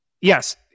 yes